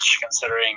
considering